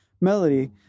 melody